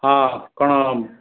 ହଁ କ'ଣ